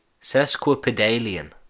Sesquipedalian